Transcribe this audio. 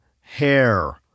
hair